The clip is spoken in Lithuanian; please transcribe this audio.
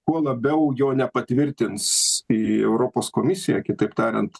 kuo labiau jo nepatvirtins į europos komisija kitaip tariant